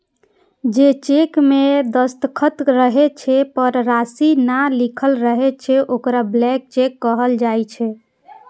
जे चेक मे दस्तखत रहै छै, पर राशि नै लिखल रहै छै, ओकरा ब्लैंक चेक कहल जाइ छै